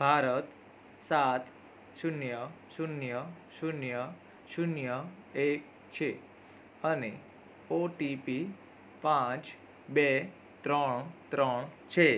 ભારત સાત શૂન્ય શૂન્ય શૂન્ય શૂન્ય એક છે અને ઓટીપી પાંચ બે ત્રણ ત્રણ છે